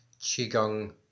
Qigong